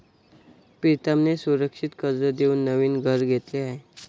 प्रीतमने सुरक्षित कर्ज देऊन नवीन घर घेतले आहे